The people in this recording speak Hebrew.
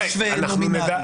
נכון.